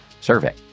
survey